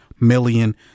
million